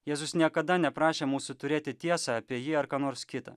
jėzus niekada neprašė mūsų turėti tiesą apie jį ar ką nors kitą